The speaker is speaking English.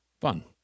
fun